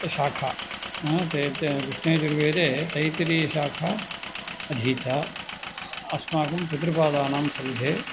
शाखा ते त कृष्णयजुर्वेदे तैतरीयशाखा अधीता अस्माकं पितृपादानां सविधे